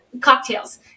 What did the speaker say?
cocktails